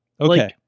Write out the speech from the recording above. okay